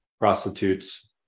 prostitutes